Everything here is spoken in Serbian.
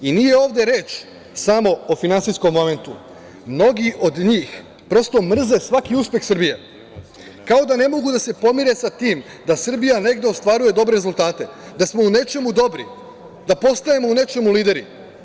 I nije ovde reč samo o finansijskom momentu, mnogi od njih, prosto, mrze svaki uspeh Srbije, kao da ne mogu da se pomire sa tim da Srbija negde ostvaruje dobre rezultate, da smo u nečemu dobri, da postajemo u nečemu lideri.